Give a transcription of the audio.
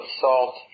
salt